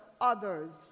others